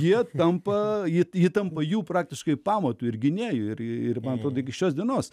jie tampa it įtampa jų praktiškai pamatu ir gynėju ir bando ligi šios dienos